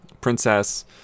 Princess